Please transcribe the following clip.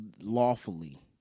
lawfully